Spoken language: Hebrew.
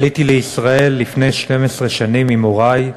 עליתי לישראל לפני 12 שנים עם הורי,